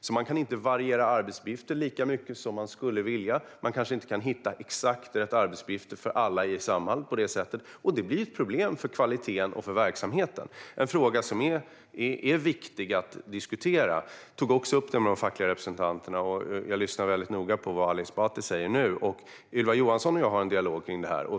Man kan därför inte variera arbetsuppgifterna lika mycket som man skulle vilja. Man kanske inte kan hitta exakt rätt arbetsuppgifter för alla i Samhall. Det blir ett problem för kvaliteten och för verksamheten. Det är en fråga som är viktig att diskutera. Jag tog också upp den med de fackliga representanterna. Jag lyssnar också mycket noga på vad Ali Esbati säger nu. Ylva Johansson och jag har en dialog om detta.